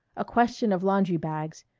a question of laundry-bags,